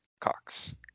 cox